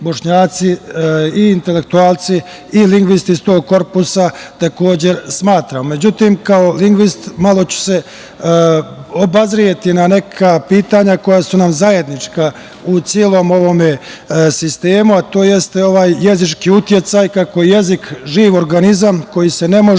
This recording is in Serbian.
i intelektualci i lingvisti iz tog korpusa takođe smatramo.Međutim, kao lingvista, malo ću se obazreti na neka pitanja koja su nam zajednička u celom ovom sistemu, a to jeste ovaj jezički uticaj. Kako je jezik živ organizam koji se ne može